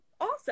awesome